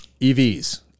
EVs